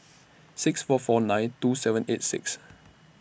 six four four nine two seven eight six